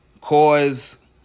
cause